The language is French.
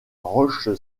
roche